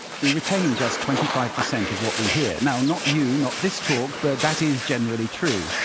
we retain just twenty five percent of what we hear. now not you, not this talk, but that is generally true.